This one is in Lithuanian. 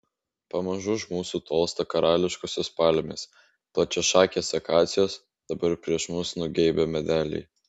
pamažu už mūsų tolsta karališkosios palmės plačiašakės akacijos dabar prieš mus nugeibę medeliai